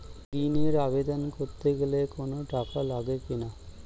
ঋণের আবেদন করতে গেলে কোন টাকা লাগে কিনা?